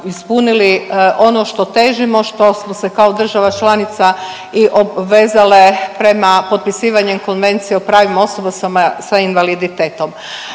ono što težimo, što smo se kao država članica i obvezale prema potpisivanjem Konvencije o pravima osoba sa invaliditetom.